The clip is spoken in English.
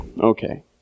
Okay